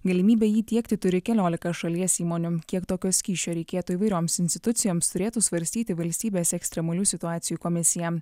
galimybė jį tiekti turi keliolika šalies įmonių kiek tokio skysčio reikėtų įvairioms institucijoms turėtų svarstyti valstybės ekstremalių situacijų komisija